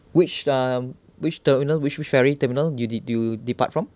which um which terminal which which ferry terminal do do you depart from